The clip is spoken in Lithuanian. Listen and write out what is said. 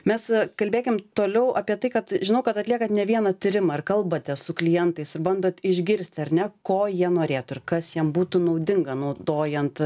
mes kalbėkim toliau apie tai kad žinau kad atliekat ne vieną tyrimą ar kalbate su klientais bandot išgirsti ar ne ko jie norėtų ir kas jiem būtų naudinga naudojant